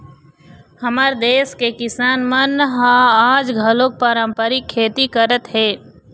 हमर देस के किसान मन ह आज घलोक पारंपरिक खेती करत हे